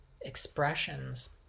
expressions